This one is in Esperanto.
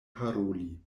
paroli